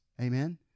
Amen